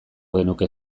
genuke